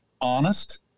honest